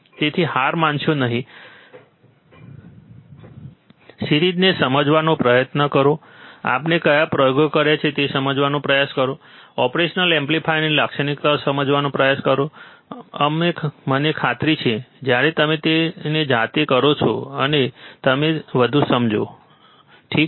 તેથી હારશો નહીં સિરીઝને સમજવાનો પ્રયત્ન કરો આપણે કયા પ્રયોગો કર્યા છે તે સમજવાનો પ્રયાસ કરો ઓપરેશનલ એમ્પ્લીફાયરની લાક્ષણિકતાઓ સમજવાનો પ્રયાસ કરો અને મને ખાતરી છે કે જ્યારે તમે તેને જાતે કરો ત્યારે તમે વધુ સમજશો ઠીક છે